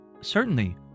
Certainly